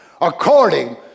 according